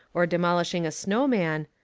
or demolishing a snow man,